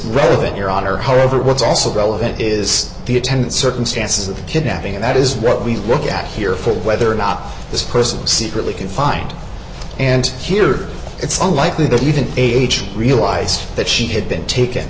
relevant your honor however what's also relevant is the attendant circumstances of the kidnapping and that is what we look at here for whether or not this person was secretly confined and here it's unlikely that even age realised that she had been taken